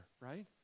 right